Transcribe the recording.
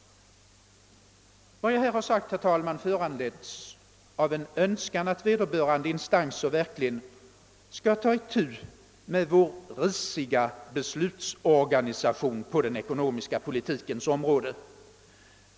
Vad jag nu sagt har, herr talman, föranletts av en önskan att vederbörande instanser verkligen skall ta itu med vår risiga beslutsorganisation på den ekonomiska politikens område.